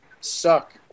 suck